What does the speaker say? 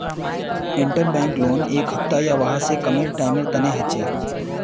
interbank loan एक हफ्ता या वहा स कम टाइमेर तने हछेक